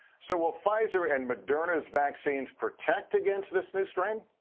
so will pfizer and moderna's vaccines protect against this new strain?